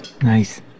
Nice